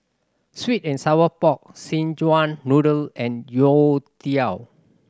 sweet and sour pork Szechuan Noodle and youtiao